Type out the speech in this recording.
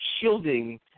shielding